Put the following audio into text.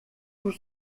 tout